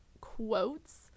quotes